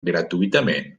gratuïtament